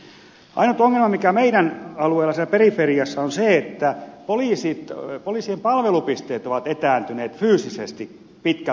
ainut ongelma mikä on meidän alueella siellä periferiassa on se että poliisien palvelupisteet ovat etääntyneet fyysisesti pitkän matkan päähän